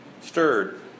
Stirred